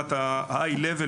ברמת ה-high level,